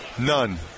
None